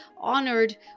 honored